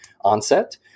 onset